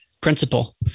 principle